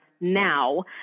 now